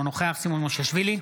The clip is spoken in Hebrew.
אינו נוכח סימון מושיאשוילי,